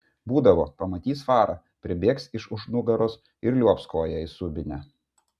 būdavo pamatys farą pribėgs iš už nugaros ir liuobs koja į subinę